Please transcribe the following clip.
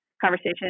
conversation